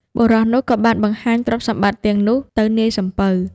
បុរសនោះក៏បានបង្ហាញទ្រព្យសម្បត្តិទាំងនោះទៅនាយសំពៅ។